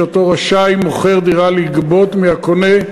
שמוכר דירה רשאי לגבות מהקונה,